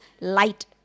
light